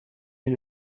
est